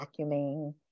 vacuuming